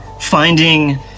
finding